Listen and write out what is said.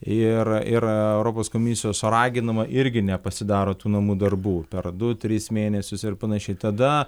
ir ir europos komisijos raginama irgi nepasidaro tų namų darbų per du tris mėnesius ir panašiai tada